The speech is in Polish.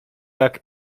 jak